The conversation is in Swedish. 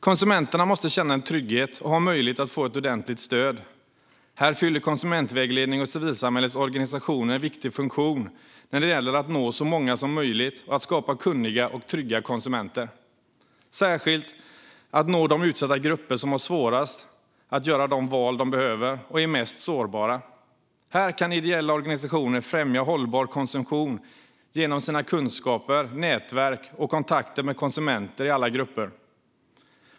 Konsumenterna måste känna en trygghet och ha möjlighet att få ett ordentligt stöd. Här fyller konsumentvägledning och civilsamhällets organisationer en viktig funktion när det gäller att nå så många som möjligt och skapa kunniga och trygga konsumenter, särskilt när det gäller att nå de utsatta grupper som har svårast att göra de val de behöver och är mest sårbara. Här kan ideella organisationer främja hållbar konsumtion genom sina kunskaper, nätverk och kontakter med konsumenter i alla grupper.